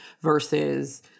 versus